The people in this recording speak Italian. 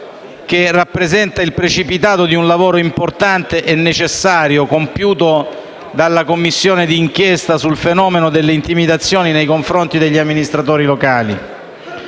che rappresenta il precipitato di un lavoro importante e necessario compiuto dalla Commissione d'inchiesta sul fenomeno delle intimidazioni nei confronti degli amministratori locali.